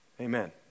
Amen